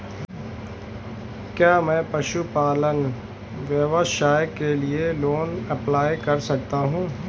क्या मैं पशुपालन व्यवसाय के लिए लोंन अप्लाई कर सकता हूं?